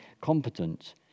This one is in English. competent